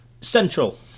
Central